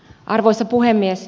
arvoisa puhemies